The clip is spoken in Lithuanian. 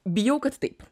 bijau kad taip